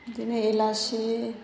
बेदिनो एलांसि